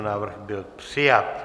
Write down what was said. Návrh byl přijat.